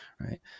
Right